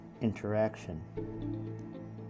interaction